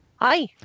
Hi